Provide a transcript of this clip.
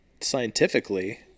scientifically